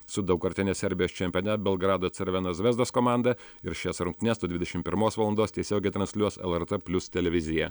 su daugkartine serbijos čempione belgrado cervena zvezdos komanda ir šias rungtynes nuo dvidešim pirmos valandos tiesiogiai transliuos lrt plius televizija